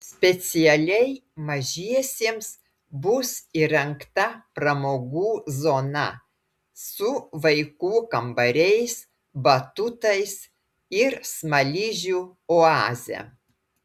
specialiai mažiesiems bus įrengta pramogų zona su vaikų kambariais batutais ir smaližių oaze